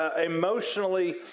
emotionally